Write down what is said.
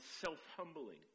self-humbling